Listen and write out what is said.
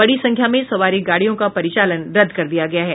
बड़ी संख्या में सवारी गाड़ियों का परिचालन रद्द कर दिया गया है